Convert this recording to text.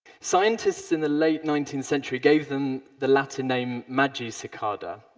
scientists in the late nineteenth century gave them the latin name magicicada,